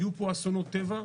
יהיו פה אסונות טבע,